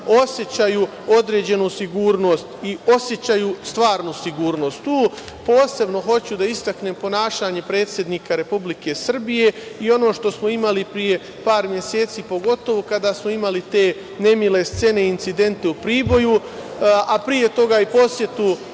osećaju određenu sigurnost i osećaju stvarnu sigurnost. Tu posebno hoću da istaknem ponašanje predsednika Republike Srbije i ono što smo imali pre par meseci, pogotovo kada smo imali te nemile scene i incidente u Priboju, a pre toga i posetu